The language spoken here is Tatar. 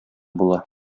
була